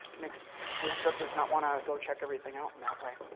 makes instructors not want to go check everything out in that way.